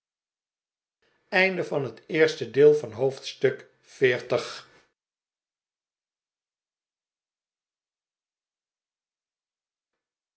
oosten van het westen van het